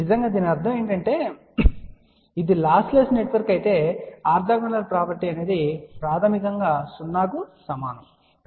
నిజంగా దీని అర్థం ఏమిటంటే ఇది లాస్లెస్ నెట్వర్క్ అయితే ఆర్తోగోనల్ ప్రాపర్టీ అనేది ప్రాథమికంగా 0 కి సమానమైనది